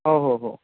हो हो हो